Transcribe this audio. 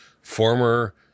former